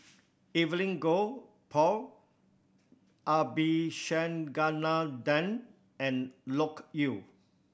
Evelyn Goh Paul Abisheganaden and Loke Yew